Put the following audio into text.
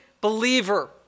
believer